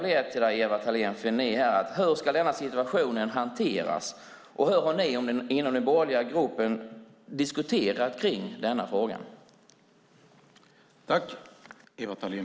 Mina frågor till dig, Ewa Thalén Finné, blir: Hur ska denna situation hanteras? Hur har ni i den borgerliga gruppen diskuterat i den här frågan?